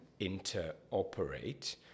interoperate